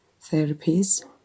therapies